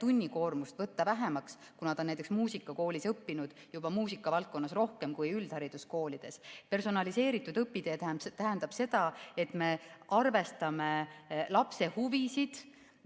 tunnikoormust võtta vähemaks, kuna ta on näiteks muusikakoolis õppinud juba muusikavaldkonnas rohkem kui üldhariduskoolis. Personaliseeritud õpitee tähendab seda, et me arvestame lapse huvisid